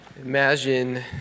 Imagine